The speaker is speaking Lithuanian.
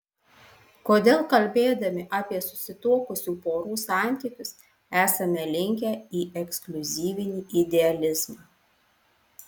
kodėl kalbėdami apie susituokusių porų santykius esame linkę į ekskliuzyvinį idealizmą